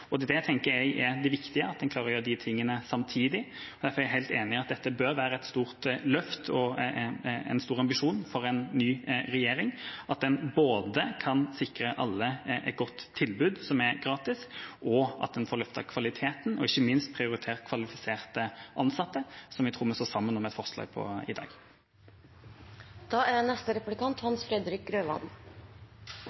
det tenker jeg er det viktige – at en klarer å gjøre de tingene samtidig. Derfor er jeg helt enig i at det bør være et stort løft og en stor ambisjon for en ny regjering at en både kan sikre alle et godt tilbud som er gratis, få løftet kvaliteten og ikke minst prioritert kvalifiserte ansatte, noe jeg tror vi står sammen om i et forslag i dag. Retten til å etablere og drive friskoler er